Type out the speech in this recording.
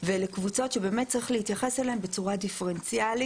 ולקבוצות שבאמת צריך להתייחס אליהן בצורה דיפרנציאלית,